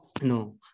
No